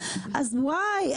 אז וואי,